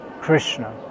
Krishna